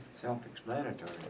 Self-explanatory